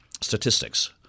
statistics